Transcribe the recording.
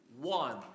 one